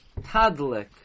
Tadlik